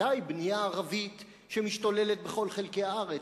בוודאי בנייה ערבית שמשתוללת בכל חלקי הארץ,